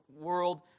world